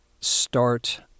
start